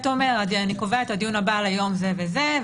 אומר: אני קובע את הדיון הבא ליום זה וזה,